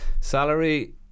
salary